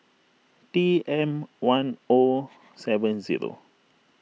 T M one O seven zero